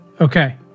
Okay